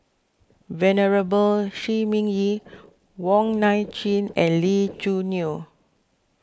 Venerable Shi Ming Yi Wong Nai Chin and Lee Choo Neo